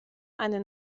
eine